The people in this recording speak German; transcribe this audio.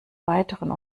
weiteren